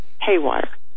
haywire